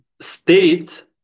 state